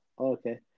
Okay